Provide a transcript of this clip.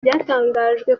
byatangajwe